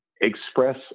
express